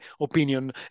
opinion